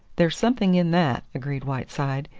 there's something in that, agreed whiteside.